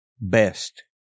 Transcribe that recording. best